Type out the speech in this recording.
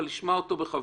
אבל לשמוע אותו בכבוד.